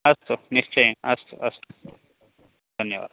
अस्तु निश्चयेन अस्तु अस्तु धन्यवादः